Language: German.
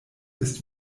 ist